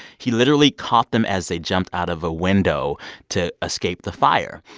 he literally caught them as they jumped out of a window to escape the fire.